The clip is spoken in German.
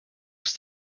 ist